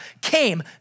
came